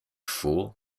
fool